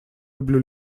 люблю